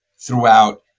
throughout